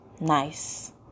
Nice